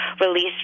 released